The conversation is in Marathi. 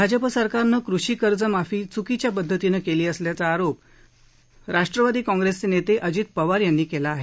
भाजप सरकारनं कृषी कर्ज माफी चुकीच्या पध्दतीनं केली असल्याचा आरोप राष्ट्रवादी काँप्रेसचे नेते अजित पवार यांनी केला आहे